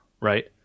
right